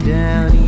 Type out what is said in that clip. down